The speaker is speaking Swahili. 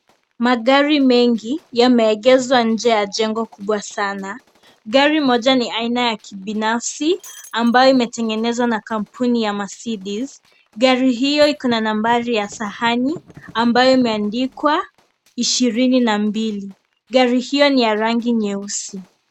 Magari mengi yameegeshwa nje ya jengo kubwa sana. Gari moja ni aina ya kibinafsi ambayo imetenngenezwa na kampuni ya marcedes, gari hii iko na nambari ya sahani ambayo imeandikwa 22,gari hiyo ni ya rangi nyeusi .